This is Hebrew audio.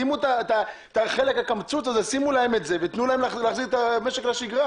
שימו להם את זה, ותנו להם להחזיר את המשק לשגרה.